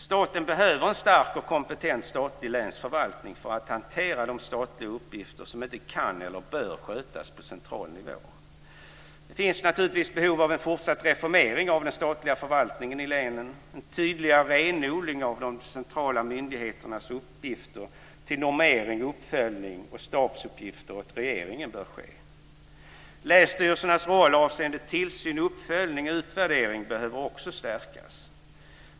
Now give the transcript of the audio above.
Staten behöver en stark och kompetent statlig länsförvaltning för att hantera de statliga uppgifter som inte kan eller bör skötas på central nivå. Det finns naturligtvis behov av en fortsatt reformering av den statliga förvaltningen i länen. En tydligare renodling av de centrala myndigheternas uppgifter till normering, uppföljning och stabsuppgifter åt regeringen bör ske. Länsstyrelsernas roll avseende tillsyn, uppföljning och utvärdering behöver också stärkas.